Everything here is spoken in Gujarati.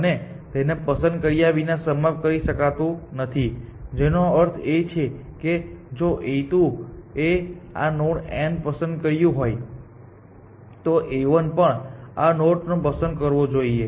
અને તેને પસંદ કર્યા વિના સમાપ્ત કરી શકાતું નથી જેનો અર્થ એ છે કે જો A2 એ આ નોડ N પસંદ કર્યું હોય તો A1 એ પણ આ નોડ પસંદ કરવો જોઈએ